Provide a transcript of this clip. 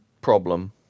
problem